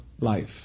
life